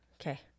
okay